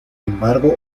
embargo